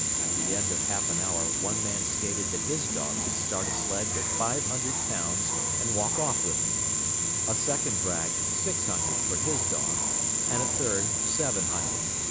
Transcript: at the end of half an hour one man stated that his dog could start a sled with five hundred pounds and walk off with it a second bragged six hundred for his dog and a third, seven hundred.